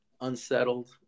unsettled